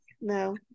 No